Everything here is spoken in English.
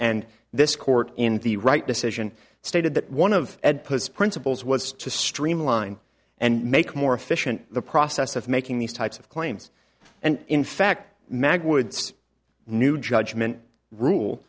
and this court in the right decision stated that one of those principles was to streamline and make more efficient the process of making these types of claims and in fact mag woods new judgment rule